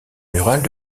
murales